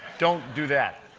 don't do that.